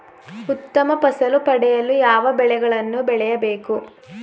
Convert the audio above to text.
ಉತ್ತಮ ಫಸಲು ಪಡೆಯಲು ಯಾವ ಬೆಳೆಗಳನ್ನು ಬೆಳೆಯಬೇಕು?